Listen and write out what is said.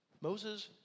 Moses